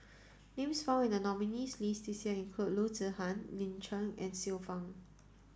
names found in the nominees' list this year include Loo Zihan Lin Chen and Xiu Fang